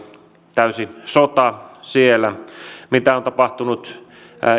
täysi sota siellä mitä on tapahtunut